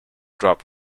drop